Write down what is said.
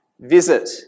visit